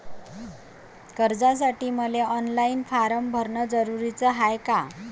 कर्जासाठी मले online form भरन जरुरीच हाय का?